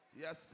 Yes